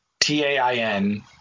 T-A-I-N